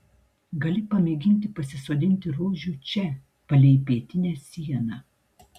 gali pamėginti pasisodinti rožių čia palei pietinę sieną